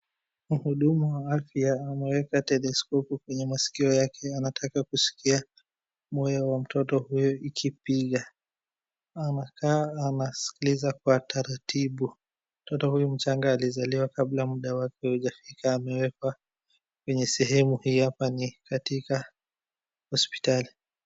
Mhudumu wa afya ameweka tetheskopu kwenye maskio yake anataka kusikia moyo ya mtoto huyo ikipiga. Anakaa anaskiliza kwa taratibu mtoto huyu mchanga alizaliwa kabla muda wake haujafika na amewekwa kwenye sehemu hii hapa ni katika hospitali.